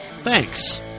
Thanks